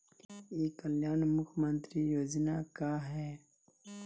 ई कल्याण मुख्य्मंत्री योजना का है?